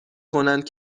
کنند